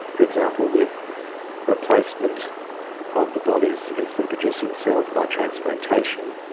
for example with replacement of the body's insulin producing cells by transplantation,